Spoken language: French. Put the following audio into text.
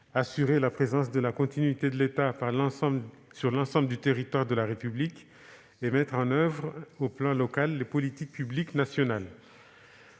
assurer la présence et la continuité de l'État sur l'ensemble du territoire de la République ; mettre en oeuvre au plan local les politiques publiques nationales.